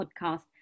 podcast